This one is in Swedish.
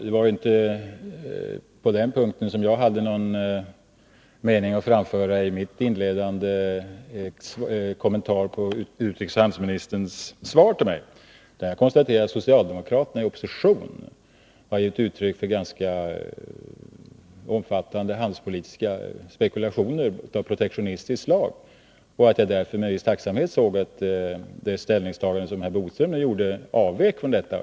Det var dock inte på den punkten som jag hade någon mening att framföra i min inledande kommentar till utrikesoch handelsministerns svar till mig, utan jag konstaterade att socialdemokraterna i opposition har givit uttryck för ganska omfattande handelspolitiska spekulationer av protektionistiskt slag och att jag därför med viss tacksamhet såg att det ställningstagande herr Bodström nu gjorde avvek från detta.